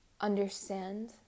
understand